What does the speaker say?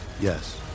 Yes